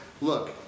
look